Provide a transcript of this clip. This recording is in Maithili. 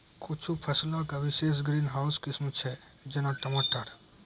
कुछु फसलो के विशेष ग्रीन हाउस किस्म छै, जेना टमाटर